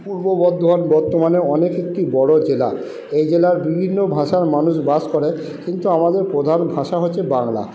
পূর্ব বর্ধমান বর্তমানে অনেক একটি বড়ো জেলা এই জেলার বিভিন্ন ভাষার মানুষ বাস করে কিন্তু আমাদের প্রধান ভাষা হচ্ছে বাংলা